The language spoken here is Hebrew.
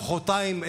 מוחרתיים,